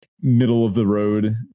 middle-of-the-road